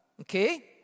okay